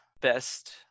best